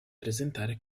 presentare